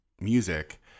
music